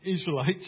Israelites